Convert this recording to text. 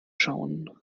schauen